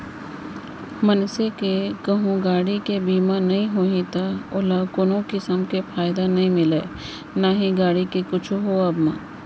मनसे के कहूँ गाड़ी के बीमा नइ होही त ओला कोनो किसम के फायदा नइ मिलय ना गाड़ी के कुछु होवब म